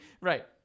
Right